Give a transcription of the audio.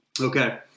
Okay